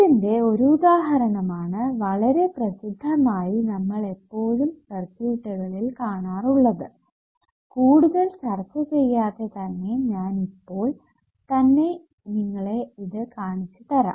ഇതിന്റെ ഒരു ഉദാഹരണമാണ് വളരെ പ്രസിദ്ധമായി നമ്മൾ എപ്പോഴും സർക്യൂട്ടുകളിൽ കാണാറുള്ളത് കൂടുതൽ ചർച്ച ചെയ്യാതെ തന്നെ ഞാൻ ഇപ്പോൾ തന്നെ നിങ്ങളെ ഇത് കാണിച്ചു തരാം